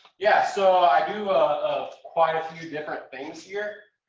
yeah. so i do a quite a few different things here.